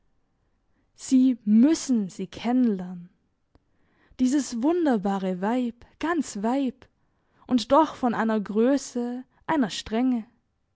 sie müssen sie kennen lernen dieses wunderbare weib ganz weib und doch von einer grösse einer strenge